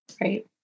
Right